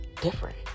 different